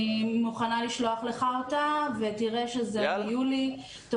אני מוכנה לשלוח לך אותה ותראה שזה מיולי.